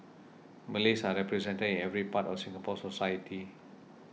Malays are represented in every part of Singapore society